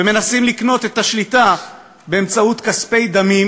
ומנסים לקנות את השליטה בכספי דמים